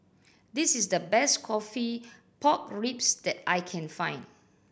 this is the best coffee pork ribs that I can find